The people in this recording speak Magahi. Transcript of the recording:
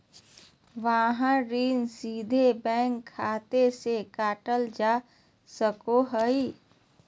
वाहन ऋण सीधे बैंक खाता से काटल जा सको हय